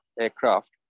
aircraft